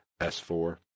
S4